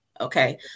Okay